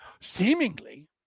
Seemingly